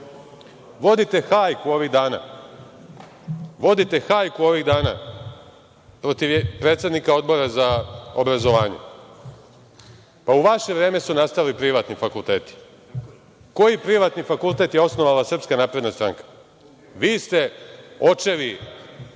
hajku ovih dana protiv predsednika Odbora za obrazovanje. U vaše vreme su nastali privatni fakulteti. Koji privatni fakultet je osnovala SNS? Vi ste očevi